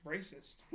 Racist